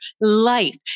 life